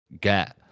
get